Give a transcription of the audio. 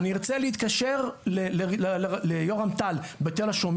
אני ארצה להתקשר לד"ר יורם טל בתל השומר